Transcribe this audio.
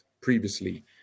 previously